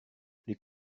les